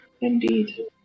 Indeed